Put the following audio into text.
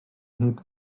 heb